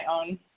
own